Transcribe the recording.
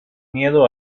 miedo